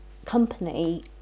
company